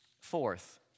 Fourth